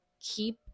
keep